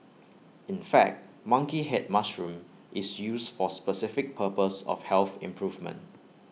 in fact monkey Head mushroom is used for specific purpose of health improvement